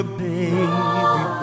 baby